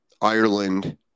Ireland